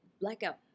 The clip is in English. blackout